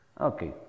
Okay